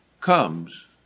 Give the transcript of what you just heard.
comes